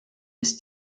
ist